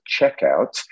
checkout